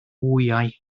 wyau